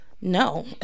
no